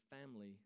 family